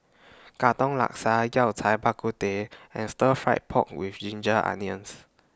Katong Laksa Yao Cai Bak Kut Teh and Stir Fried Pork with Ginger Onions